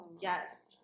yes